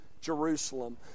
Jerusalem